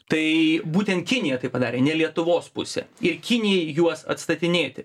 tai būtent kinija tai padarė ne lietuvos pusė ir kinijai juos atstatinėti